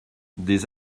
des